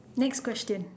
next question